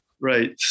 Right